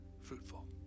fruitful